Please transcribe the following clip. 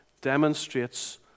demonstrates